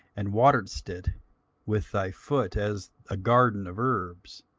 and wateredst it with thy foot, as a garden of herbs